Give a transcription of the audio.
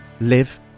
live